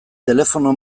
telefono